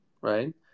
right